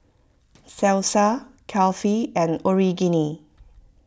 Salsa Kulfi and Onigiri